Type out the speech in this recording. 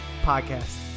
Podcast